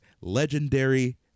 legendary